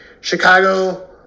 Chicago